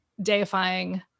deifying